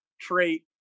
trait